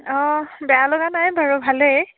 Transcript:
অঁ বেয়া লগা নাই বাৰু ভালেই